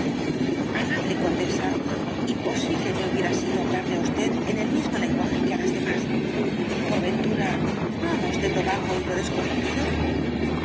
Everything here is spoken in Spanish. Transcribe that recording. amable condesa imposible me hubiera sido hablarle á usted en el mismo lenguaje que á las demásl por ventura río ama usted lo vago y lo desconocido